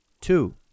Two